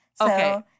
Okay